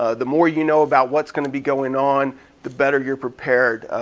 ah the more you know about what's gonna be going on the better you're prepared,